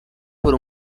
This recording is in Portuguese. por